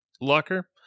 locker